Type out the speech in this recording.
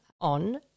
on